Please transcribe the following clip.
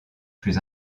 plus